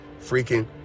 freaking